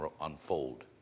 unfold